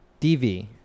DV